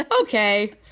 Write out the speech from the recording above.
Okay